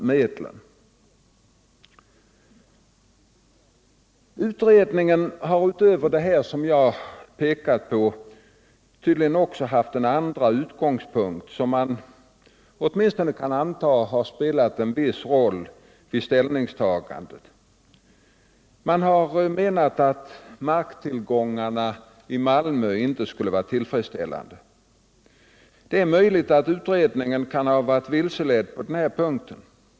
Utredningen har utöver det som jag har pekat på tydligen också haft en andra utgångspunkt, som man åtminstone kan anta har spelat en viss roll vid ställningstagandet. Man har menat att marktillgångarna i Malmö inte skulle vara tillfredsställande. Det är möjligt att utredningen kan ha varit vilseledd på denna punkt.